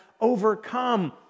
overcome